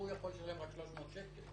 יכולים לשלם רק 300 שקל.